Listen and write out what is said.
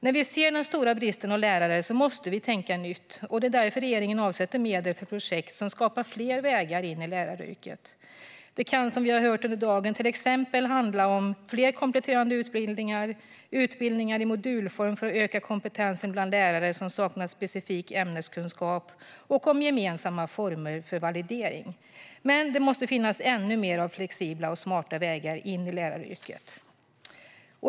När vi ser den stora bristen på lärare måste vi tänka nytt. Det är därför regeringen avsätter medel för projekt som skapar fler vägar in i läraryrket. Som vi har hört under dagen kan det till exempel handla om fler kompletterande utbildningar, om utbildningar i modulform för att öka kompetensen bland lärare som saknar specifik ämneskunskap och om gemensamma former för validering. Men det måste finnas ännu fler flexibla och smarta vägar in i läraryrket.